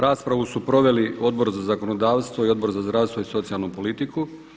Raspravu su proveli Odbor za zakonodavstvo i Odbor za zdravstvo i socijalnu politiku.